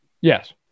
Yes